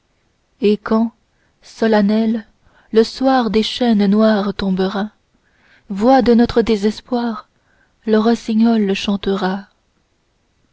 et quand solennel le soir des chênes noirs tombera voix de notre désespoir le rossignol chantera